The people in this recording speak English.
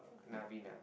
Naveen ah